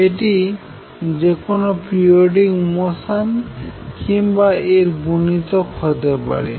এটি যেকোন periodic motion কিংবা এর গুণিতক হতে পারে